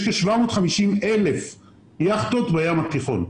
יש כ-750,000 יכטות בים התיכון.